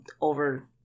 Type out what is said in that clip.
over